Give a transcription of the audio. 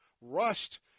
rushed